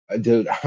dude